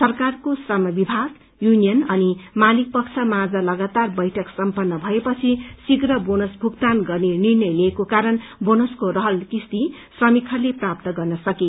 सरकारको श्रम विभाग यूनियन अनि मालिक पक्ष माझ लगातार बैठक सम्पन्न भएपछि शीघ्र बोनस भुक्तान गर्ने निर्णय लिएको कारण बोनसको रहत किस्ती श्रमिकहरूले प्राप्त गर्न सके